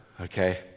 okay